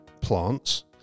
plants